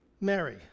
Mary